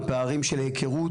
הפערים של ההיכרות,